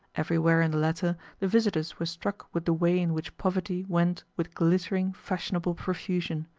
everywhere in the latter the visitors were struck with the way in which poverty went with glittering, fashionable profusion.